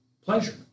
pleasure